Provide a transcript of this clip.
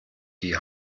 die